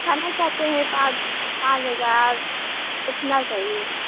जाना चाहते हैं पाँच पाँच हज़ार कितना चाहिए